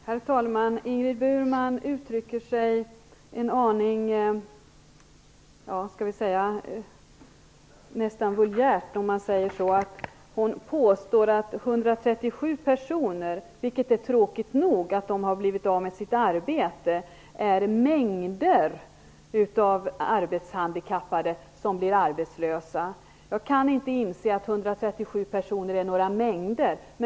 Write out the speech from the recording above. Herr talman! Ingrid Burman uttrycker sig nästan en aning vulgärt. Hon säger att 137 personer har blivit av med sitt arbete och påstår att det är mängder av arbetshandikappade som blir arbetslösa. Det är tråkigt nog att de blivit av med sitt arbete. Men jag kan inte inse att 137 personer är några mängder.